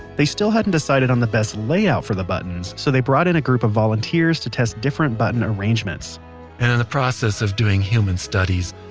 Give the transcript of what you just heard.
they still hadn't decided on the best layout for the buttons, so they brought in a group of volunteers to test different button arrangements and in the process of doing human studies,